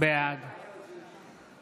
בעד